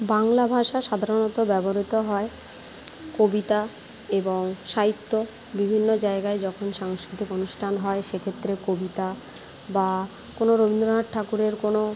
বাংলা ভাষা সাধারণত ব্যবহৃত হয় কবিতা এবং সাহিত্য বিভিন্ন জায়গায় যখন সাংস্কৃতিক অনুষ্টান হয় সেক্ষেত্রে কবিতা বা কোনো রবীন্দ্রনাথ ঠাকুরের কোনো